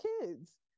kids